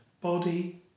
body